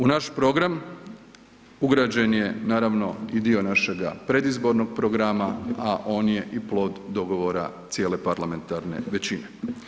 U naš program ugrađen je, naravno i dio našega predizbornog programa, a on je i plod dogovora cijele parlamentarne većine.